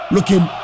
Looking